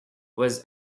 was